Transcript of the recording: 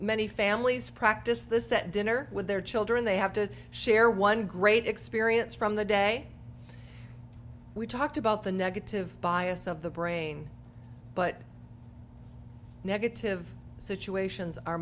many families practice this that dinner with their children they have to share one great experience from the day we talked about the negative bias of the brain but negative situations are